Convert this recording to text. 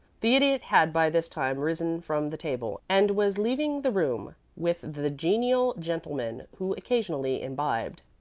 the idiot had by this time risen from the table, and was leaving the room with the genial gentleman who occasionally imbibed.